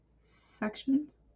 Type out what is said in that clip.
sections